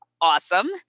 awesome